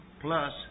plus